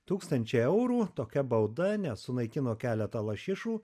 tūkstančiai eurų tokia bauda nes sunaikino keletą lašišų